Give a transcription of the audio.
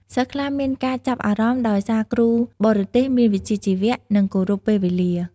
សិស្សខ្លះមានការចាប់អារម្មណ៍ដោយសារគ្រូបរទេសមានវិជ្ជាជីវៈ និងគោរពពេលវេលា។